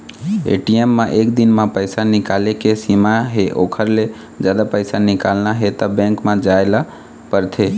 ATM म एक दिन म पइसा निकाले के सीमा हे ओखर ले जादा पइसा निकालना हे त बेंक म जाए ल परथे